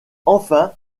enfin